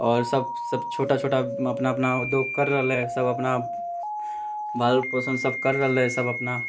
आओर सब सब छोटा छोटा अपना अपना उद्योग कर रहलै सब अपना भरणपोषण सब कर रहलै सब अपना